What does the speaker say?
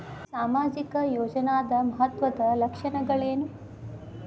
ಸಾಮಾಜಿಕ ಯೋಜನಾದ ಮಹತ್ವದ್ದ ಲಕ್ಷಣಗಳೇನು?